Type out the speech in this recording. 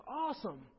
awesome